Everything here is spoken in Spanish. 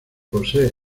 posee